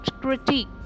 critique